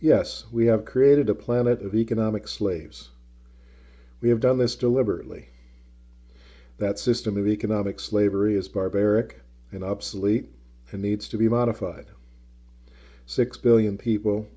yes we have created a planet of economic slaves we have done this deliberately that system of economic slavery is barbaric and obsolete and needs to be modified six billion people